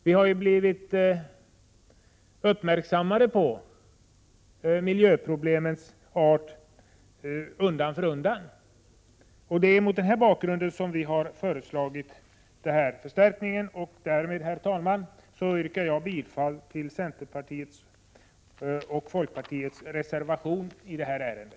Vi har ju blivit uppmärksammade på miljöproblemens art undan för undan. Det är mot denna bakgrund vi har föreslagit förstärkningen. Därmed, herr talman, yrkar jag bifall till centerpartiets och folkpartiets reservation i detta ärende.